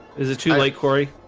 is it too late korey?